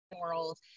world